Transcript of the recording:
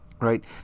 right